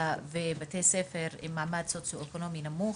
ועל בתי ספר ממעמד סוציו אקונומי נמוך.